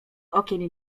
okien